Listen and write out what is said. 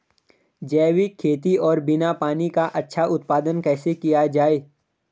जैविक खेती और बिना पानी का अच्छा उत्पादन कैसे किया जाए?